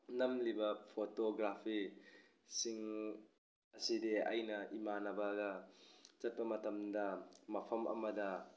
ꯅꯝꯂꯤꯕ photography ꯁꯤꯡ ꯑꯁꯤꯗꯤ ꯑꯩꯅ ꯏꯃꯥꯟꯅꯕꯒ ꯆꯠꯄ ꯃꯇꯝꯗ ꯃꯐꯝ ꯑꯃꯗ